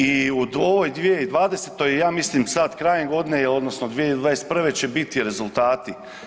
I u ovoj 2020. ja mislim sad krajem godine odnosno 2021. će biti rezultati.